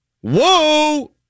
Whoa